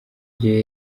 gihe